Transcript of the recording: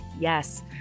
yes